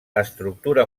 estructura